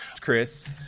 Chris